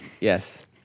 Yes